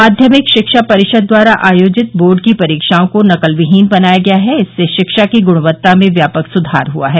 माध्यमिक शिक्षा परिषद द्वारा आयोजित बोर्ड की परीक्षाओं को नकलविहीन बनाया गया है इससे शिक्षा की गुणवत्ता में व्यापक सुधार हुआ है